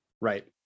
Right